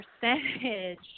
percentage